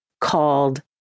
called